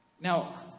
Now